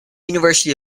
university